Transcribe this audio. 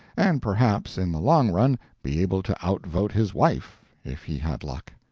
and perhaps in the long run be able to outvote his wife, if he had luck.